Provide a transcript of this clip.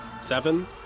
Seven